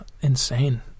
insane